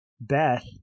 Beth